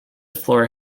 floor